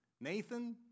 Nathan